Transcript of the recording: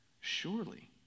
Surely